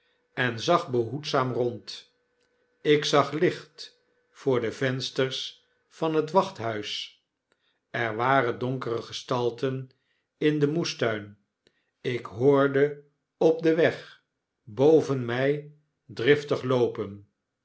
en zag behoedzaam rond ik zag licht voor de vensters van het wachthuis er waren donkere gestalten in den moestuin ik hoorde op den weg boven mi driftig loopen